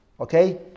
Okay